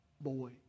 boy